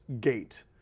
gate